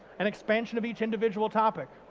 an expansion of each individual topic.